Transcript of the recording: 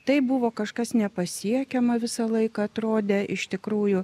tai buvo kažkas nepasiekiama visą laiką atrodė iš tikrųjų